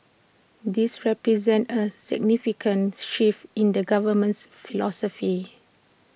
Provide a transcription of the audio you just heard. this represents A significant shift in the government's philosophy